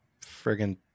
friggin